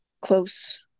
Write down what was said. close